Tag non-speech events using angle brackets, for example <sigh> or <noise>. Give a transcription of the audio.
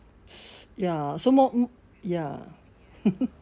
ya so more hmm ya <laughs>